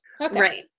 Right